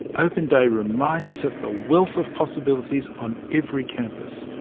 open days remind us of the wealth of possibilities on every campus.